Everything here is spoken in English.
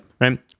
right